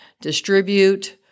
distribute